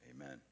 Amen